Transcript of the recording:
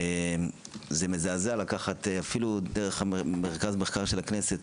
זה מזעזע לראות נתון של מרכז המחקר והמידע של הכנסת